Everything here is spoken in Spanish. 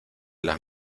las